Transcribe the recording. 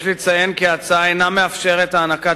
יש לציין כי ההצעה אינה מאפשרת הענקת